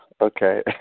Okay